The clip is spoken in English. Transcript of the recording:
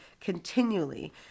continually